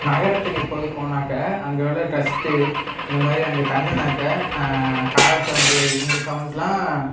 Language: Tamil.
நகரத்துக்கு இப்பக்கு போனாக்க அங்கே உள்ள டஸ்ட் இந்த மாதிரி அங்கே தங்கினாக்க கார் சவுண்டு இந்த சவுண்ட்லாம்